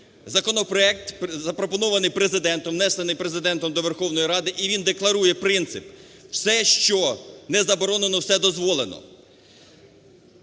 Законопроект запропонований Президентом, внесений Президентом до Верховної Ради, і він декларує принцип: все, що не заборонено, все дозволено.